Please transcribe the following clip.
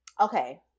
Okay